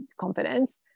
confidence